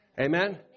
Amen